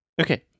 Okay